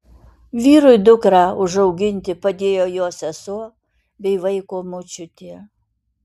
vyrui dukrą užauginti padėjo jo sesuo bei vaiko močiutė